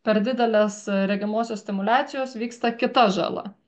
per didelės regimosios stimuliacijos vyksta kita žala